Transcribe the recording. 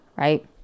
right